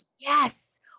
yes